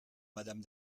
madame